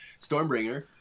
Stormbringer